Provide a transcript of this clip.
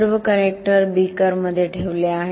सर्व कनेक्टर बीकरमध्ये ठेवले आहेत